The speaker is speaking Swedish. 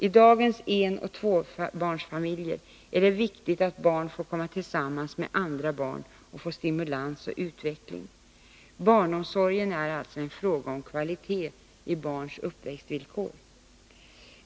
I dagens enoch tvåbarnsfamiljer är det viktigt att barnen får komma tillsammans med andra barn och få stimulans och utveckling. Barnomsorgen är alltså en fråga om kvalitet i barns uppväxtvillkor.